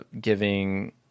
giving